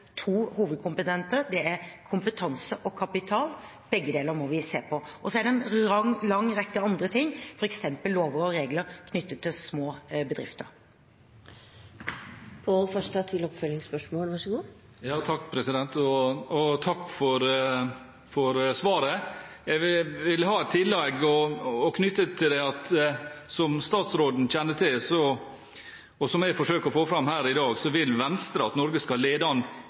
to hovedkomponenter. Det er kompetanse og kapital – begge deler må vi se på. Så er det en lang rekke andre ting, f.eks. lover og regler knyttet til små bedrifter. Takk for svaret. Jeg vil knytte et tillegg til det: Som statsråden kjenner til, og som jeg forsøker å få fram her i dag, vil Venstre at Norge skal lede